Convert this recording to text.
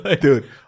Dude